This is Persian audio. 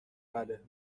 بله